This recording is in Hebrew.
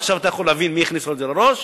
ועכשיו אתה יכול להבין מי הכניס לו את זה לראש,